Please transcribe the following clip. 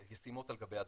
ישימות על גבי הדרכון,